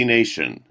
Nation